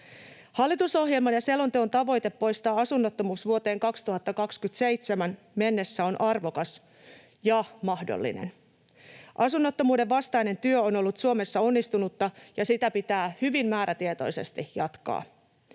Hallitusohjelman ja selonteon tavoite poistaa asunnottomuus vuoteen 2027 mennessä on arvokas ja mahdollinen. Asunnottomuuden vastainen työ on ollut Suomessa onnistunutta, ja sitä pitää hyvin määrätietoisesti jatkaa.